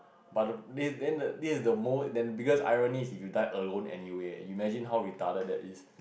but the then the this is more the biggest irony is you die alone anyway you imagine how retarded that is